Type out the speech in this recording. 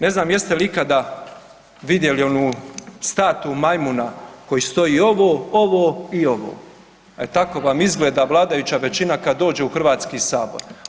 Ne znam jeste li ikada vidjeli onu statuu majmuna koji stoji ovo, ovo i ovo, e tako vam izgleda vladajuća većina kad dođe u Hrvatski sabor.